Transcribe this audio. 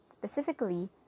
Specifically